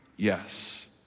Yes